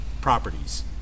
properties